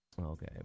Okay